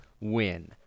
win